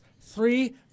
three